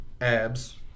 abs